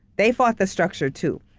they fought the structure, too.